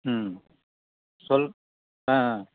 ம் சொல் ஆ ஆ